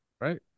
Right